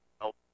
help